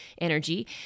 energy